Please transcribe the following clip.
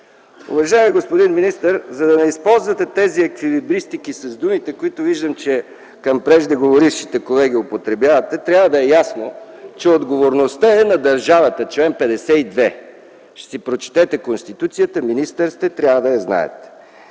Уважаеми господин министър, за да не използвате тези еквилибристики с думите, които видях, че употребявате към преждеговорившите колеги, трябва да е ясно, че отговорността е на държавата (чл. 52, ще си прочетете Конституцията – министър сте, трябва да я знаете).